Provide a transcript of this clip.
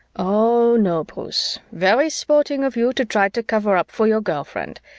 oh, no, bruce. very sporting of you to try to cover up for your girl friend,